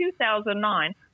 2009